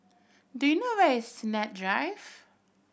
do you know where is Sennett Drive